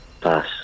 Pass